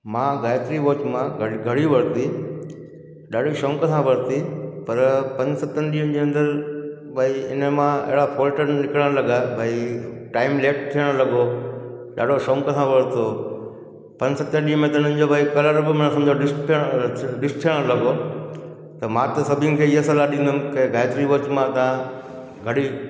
मां गायत्री वॉच मां घड़ी वरिती ॾाढी शौक़ु सां वरिती पर पंज सतनि ॾींहनि जे अंदरि भाई इन मां अहिड़ा फॉल्ट निकिरण लॻा भाई टाइम लेट थियणु लॻो ॾाढो शौकु सां वरितो पंज सत ॾींहं में त इन्हनि जो भाई फ़र्क़ु बि मां सम्झो डिस थियण लॻो त मां त सभिनि खे ईअं सलाह ॾींदुमि की गायत्री वॉच मां तव्हां घड़ी